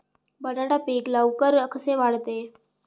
बटाटा पीक लवकर कसे वाढते?